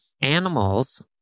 animals